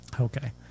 Okay